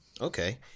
okay